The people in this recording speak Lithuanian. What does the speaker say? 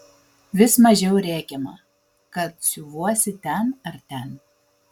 vis mažiau rėkiama kad siuvuosi ten ar ten